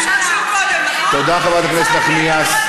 תודה, חברת הכנסת נחמיאס.